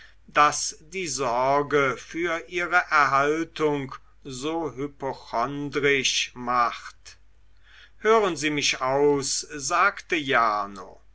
daß die sorge für ihre erhaltung so hypochondrisch macht hören sie mich aus sagte jarno